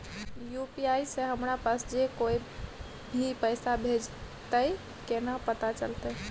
UPI से हमरा पास जे कोय भी पैसा भेजतय केना पता चलते?